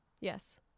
Yes